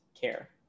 care